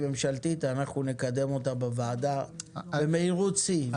ממשלתית אנחנו נקדם אותה בוועדה במהירות שיא,